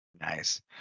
Nice